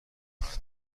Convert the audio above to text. کند